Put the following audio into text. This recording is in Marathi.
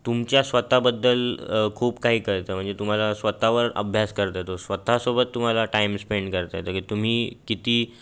तुमच्या स्वत बद्दल खूप काही कळतं म्हणजे तुम्हाला स्वत वर अभ्यास करता येतो स्वतःसोबत तुम्हाला टाइम स्पेंड करता येतो की तुम्ही किती